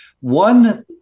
One